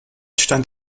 stand